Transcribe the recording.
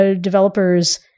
developers